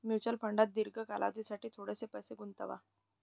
mutual फंडात दीर्घ कालावधीसाठी थोडेसे पैसे गुंतवा